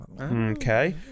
Okay